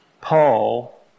Paul